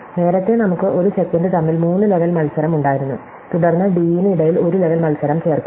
നേരത്തെ നമുക്ക് ഒരു സെക്കൻഡ് തമ്മിൽ മൂന്ന് ലെവൽ മത്സരം ഉണ്ടായിരുന്നു തുടർന്ന് d ന് ഇടയിൽ ഒരു ലെവൽ മത്സരം ചേർക്കുന്നു